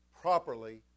properly